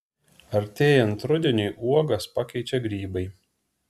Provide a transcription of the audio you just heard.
artėjant rudeniui uogas pakeičia grybai